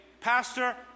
Pastor